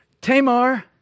Tamar